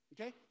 Okay